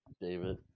David